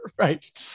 Right